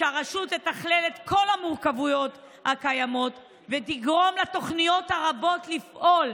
שהרשות תתכלל את כל המורכבויות הקיימות ותגרום שהתוכניות הרבות יפעלו